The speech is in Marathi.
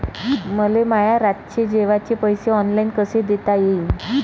मले माया रातचे जेवाचे पैसे ऑनलाईन कसे देता येईन?